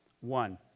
One